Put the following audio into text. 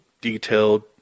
detailed